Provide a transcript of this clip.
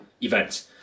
event